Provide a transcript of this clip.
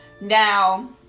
now